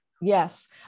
Yes